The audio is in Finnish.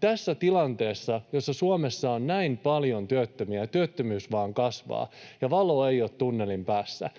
tässä tilanteessa, jossa Suomessa on näin paljon työttömiä ja työttömyys vain kasvaa ja valoa ei ole tunnelin päässä,